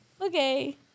okay